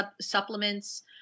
supplements